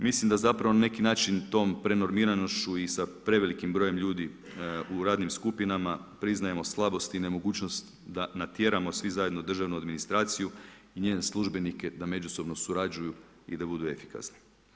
Mislim da zapravo na neki način tom prenormiranošću i sa prevelikim brojem ljudi u radnim skupinama priznajemo slabosti i nemogućnost da natjeramo svi zajedno državnu administraciju i njene službenika da međusobno surađuju i da budu efikasni.